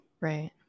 right